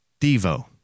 Devo